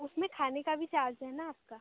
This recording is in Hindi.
उसमें खाने का भी चार्ज है न आपका